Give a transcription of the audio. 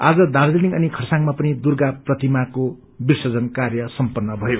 आज दाज्रेलिङ अनि खरसाङमा पनि दूर्गा प्रतिमा विसर्जन कार्य सम्पन्न भयो